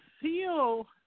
feel